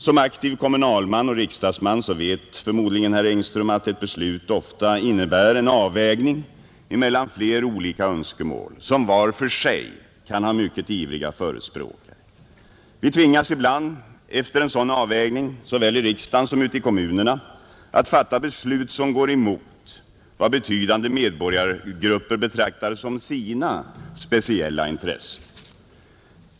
Som aktiv kommunalman och riksdagsman vet förmodligen herr Engström att ett beslut ofta innebär en avvägning emellan flera olika önskemål som var för sig kan ha mycket ivriga förespråkare. Vi tvingas ibland efter en sådan avvägning såväl i riksdagen som ute i kommunerna att fatta beslut som går emot vad betydande medborgargrupper betraktar som sina speciella intressen.